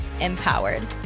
empowered